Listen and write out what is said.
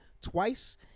twice